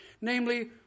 namely